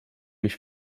ich